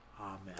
Amen